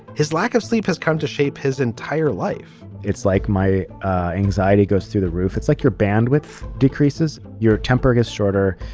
his lack of sleep has come to shape his entire life it's like my anxiety goes through the roof. it's like your bandwidth decreases, your temper gets shorter.